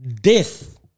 death